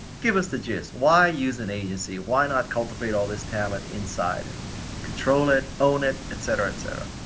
give us the gist. why use an agency? why not cultivate all this talent inside and control it, own it, et cetera, et cetera.